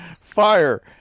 fire